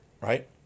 right